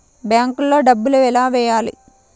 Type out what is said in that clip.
బ్యాంక్లో డబ్బులు ఎలా వెయ్యాలి?